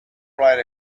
right